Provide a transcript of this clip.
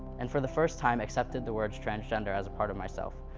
and for the first time accepted the word transgender as a part of myself.